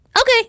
Okay